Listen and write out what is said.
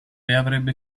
avrebbe